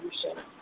solution